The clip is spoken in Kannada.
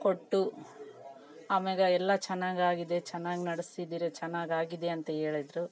ಕೊಟ್ಟು ಆಮ್ಯಾಗೆ ಎಲ್ಲ ಚೆನ್ನಾಗ್ ಆಗಿದೆ ಚೆನ್ನಾಗ್ ನಡೆಸಿದೀರ ಚೆನಾಗ್ ಆಗಿದೆ ಅಂತ ಹೇಳಿದ್ರು